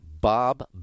Bob